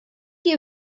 you